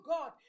God